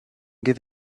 give